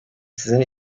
sizin